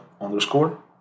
underscore